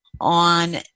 on